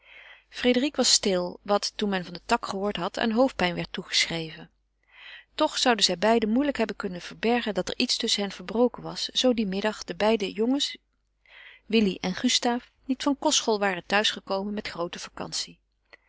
frédérique was stil wat toen men van den tak gehoord had aan hoofdpijn werd toegeschreven toch zouden zij beiden moeilijk hebben kunnen verbergen dat er iets tusschen hen verbroken was zoo dien middag de jongens willy en gustaaf niet van kostschool waren thuis gekomen met groote vacantie